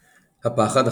הפחד,